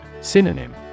Synonym